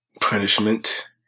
punishment